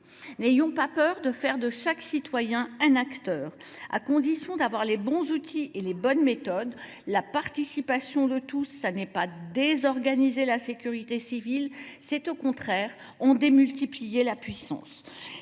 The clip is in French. N’ayons pas peur de faire de chaque citoyen un acteur. À condition d’avoir les bons outils et les bonnes méthodes, la participation de tous conduit non pas à désorganiser la sécurité civile, mais à en démultiplier la puissance.